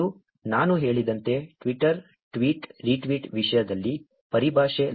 ಮತ್ತು ನಾನು ಹೇಳಿದಂತೆ ಟ್ವಿಟರ್ ಟ್ವೀಟ್ ರಿಟ್ವೀಟ್ ವಿಷಯದಲ್ಲಿ ಪರಿಭಾಷೆ